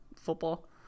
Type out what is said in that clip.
football